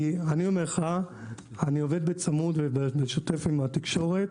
כי אני עובד בצמוד ובשוטף עם התקשורת,